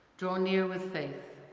draw near with faith,